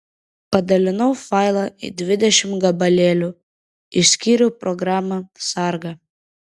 padalinau failą į dvidešimt gabalėlių išskyriau programą sargą